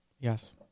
Yes